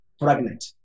pregnant